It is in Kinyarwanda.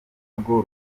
rwo